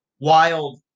wild